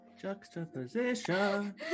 Juxtaposition